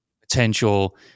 potential